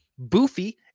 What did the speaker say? Boofy